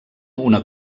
una